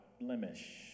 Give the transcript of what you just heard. blemish